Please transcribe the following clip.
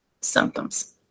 symptoms